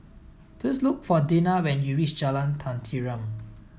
please look for Dinah when you reach Jalan Tenteram